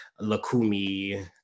Lakumi